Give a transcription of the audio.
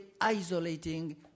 isolating